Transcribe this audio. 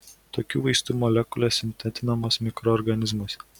tokių vaistų molekulės sintetinamos mikroorganizmuose